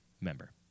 member